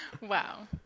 Wow